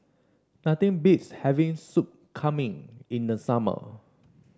nothing beats having Soup Kambing in the summer